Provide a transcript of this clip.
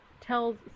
tells